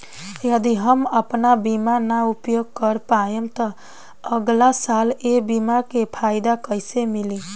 यदि हम आपन बीमा ना उपयोग कर पाएम त अगलासाल ए बीमा के फाइदा कइसे मिली?